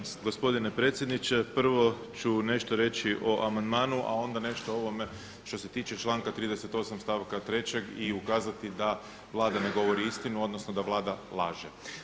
Poštovani gospodine predsjedniče, prvo ću nešto reći o amandmanu a onda nešto o ovome što se tiče članka 38. stavka 3. i ukazati da Vlada ne govori istinu odnosno da Vlada laže.